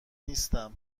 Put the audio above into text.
نیستم